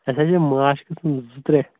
اَسہِ ہَسا چھِ ماچھ قٕسٕم زٕ ترٛےٚ